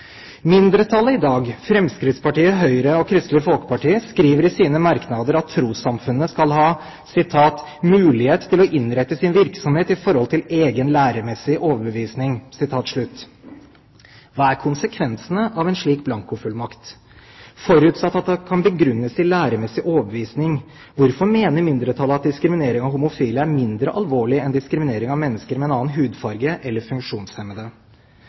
Mindretallet i dag, Fremskrittspartiet, Høyre og Kristelig Folkeparti, skriver i sine merknader at trossamfunnene skal ha mulighet til «å innrette sin virksomhet i forhold til egen læremessig overbevisning». Hva er konsekvensene av en slik blankofullmakt? Forutsatt at det kan begrunnes i læremessig overbevisning, hvorfor mener mindretallet at diskriminering av homofile er mindre alvorlig enn diskriminering av mennesker med en annen hudfarge eller funksjonshemmede?